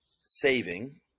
saving